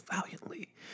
valiantly